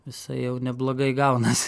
visai jau neblogai gaunas